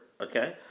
okay